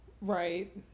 right